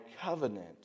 covenant